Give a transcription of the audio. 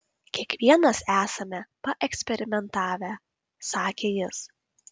kiekvienas esame paeksperimentavę sakė jis